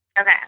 Okay